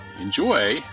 enjoy